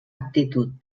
aptitud